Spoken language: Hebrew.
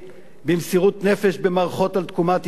במסירות נפש במערכות על תקומת ישראל.